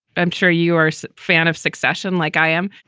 i'm sure you are a fan of succession like i am.